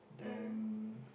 then